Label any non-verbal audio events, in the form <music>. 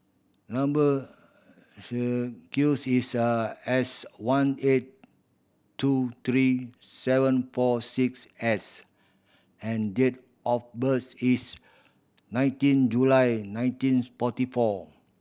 number <unintelligible> is S one eight two three seven four six S and date of birth is nineteen July nineteen forty four